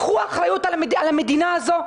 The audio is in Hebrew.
קחו אחריות על המדינה הזו,